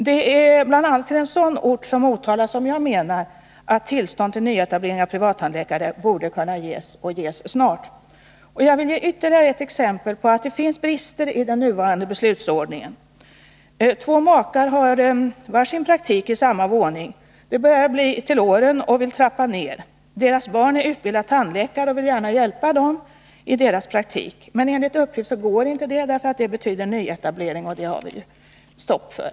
Det är bl.a. till en sådan ort som Motala som jag menar att tillstånd till nyetablering borde kunna ges — och ges snart. Jag vill ge ytterligare exempel som visar att det finns brister i den nuvarande beslutsordningen. Två makar har var sin praktik i samma våning. De börjar bli till åren och vill trappa ner. Deras barn är utbildad tandläkare och vill gärna hjälpa dem i deras praktik, men enligt uppgift går inte det därför att det betyder nyetablering — och det har vi stopp för.